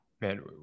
man